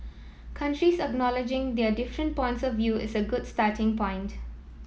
countries acknowledging their different points of view is a good starting point